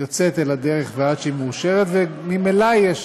יוצאת אל הדרך ועד שהיא מאושרת, וממילא יש